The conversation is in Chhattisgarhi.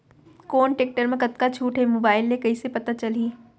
कोन टेकटर म कतका छूट हे, मोबाईल ले कइसे पता चलही?